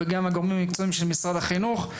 וגם הגורמים המקצועיים של משרד החינוך.